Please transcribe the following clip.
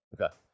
Okay